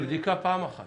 בדיקה פעם אחת